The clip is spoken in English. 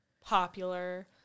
popular